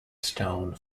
stone